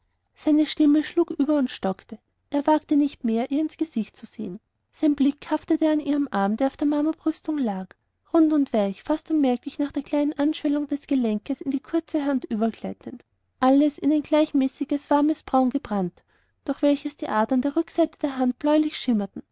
seine stimme schlug über und stockte er wagte nicht mehr ihr ins gesicht zu sehen sein blick haftete an ihrem arm der auf der marmorbrüstung lag rund und weich fast unmerklich nach der kleinen anschwellung des gelenkes in die kurze hand übergleitend alles in ein gleichmäßiges warmes braun gebrannt durch welches die adern an der rückseite der hand bläulich schimmerten